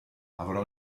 avrà